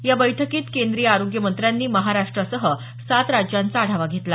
या बैठकीत केंद्रीय आरोग्यमंत्र्यांनी महाराष्ट्रासह सात राज्यांचा आढावा घेतला